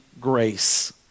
grace